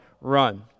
run